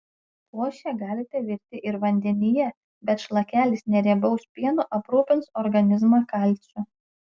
košę galite virti ir vandenyje bet šlakelis neriebaus pieno aprūpins organizmą kalciu